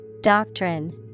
Doctrine